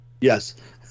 Yes